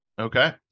okay